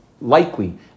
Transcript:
likely